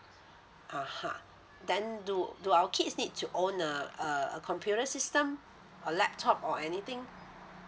(uh huh) then do do our kids need to own a a computer system or laptop or anything